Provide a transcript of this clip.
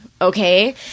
okay